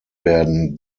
werden